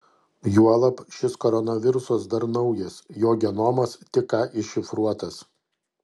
juolab šis koronavirusas dar naujas jo genomas tik ką iššifruotas